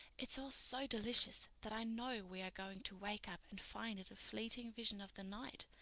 it's all so delicious that i know we are going to wake up and find it a fleeting vision of the night,